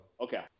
Okay